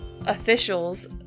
officials